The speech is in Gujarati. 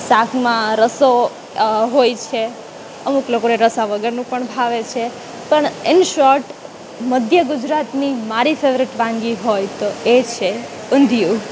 શાકમાં રસો હોય છે અમુક લોકોને રસા વગરનું પણ ભાવે છે પણ ઈન શોર્ટ મધ્ય ગુજરાતની મારી ફેવરિટ વાનગી હોય તો એ છે ઉંધીયું